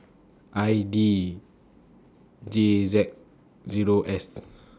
I D J Z Zero S